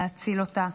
להציל אותה.